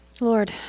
Lord